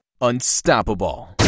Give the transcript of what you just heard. unstoppable